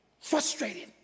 Frustrated